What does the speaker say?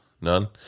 None